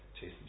chase